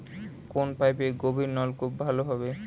কোন পাইপে গভিরনলকুপ ভালো হবে?